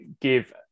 give